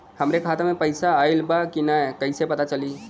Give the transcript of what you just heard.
हमरे खाता में पैसा ऑइल बा कि ना कैसे पता चली?